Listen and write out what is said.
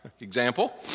Example